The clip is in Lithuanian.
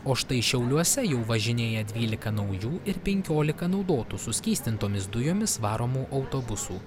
o štai šiauliuose jau važinėja dvylika naujų ir penkiolika naudotų suskystintomis dujomis varomų autobusų